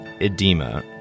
edema